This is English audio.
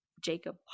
Jacob